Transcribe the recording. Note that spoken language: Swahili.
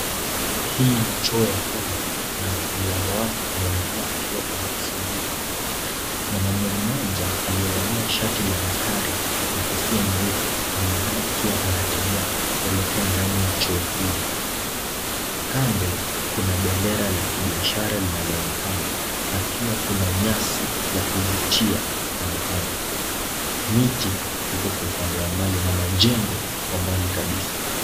Hii ni choo ya umma na mlango wake, unaonekana ukiwa umefunguka. Mwanaume mmoja, aliyevalia shati la mistari na kofia nyeupe anaonekana akiwa anatembea kuelekea ndani ya choo hiyo. Kando kuna bendera la kibiashara linaloonekana na pia kuna nyasi ya kuvutia kandokando. Miti iko kwa upande wa mbali na majengo, mbali kabisa.